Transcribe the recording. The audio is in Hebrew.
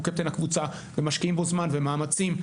קפטן הקבוצה ומשקיעים בו זמן ומאמצים,